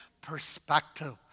perspective